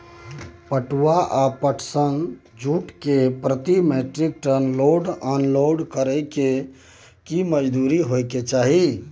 पटुआ या पटसन, जूट के प्रति metric ton load unload करै के की मजदूरी होय चाही?